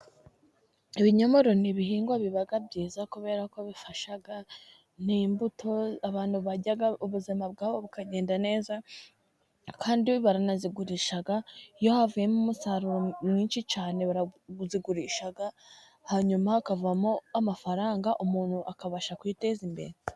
Ibinyomoro ni ibihingwa biba byiza kubera ko bifasha. Ni imbuto abantu barya ubuzima bwabo bukagenda neza. Kandi baranazigurisha, iyo havuyemo umusaruro mwinshi cyane, barazigurisha, hanyuma hakavamo amafaranga umuntu akabasha kwiteza imbere.